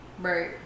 right